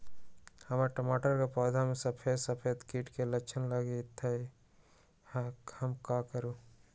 हमर टमाटर के पौधा में सफेद सफेद कीट के लक्षण लगई थई हम का करू?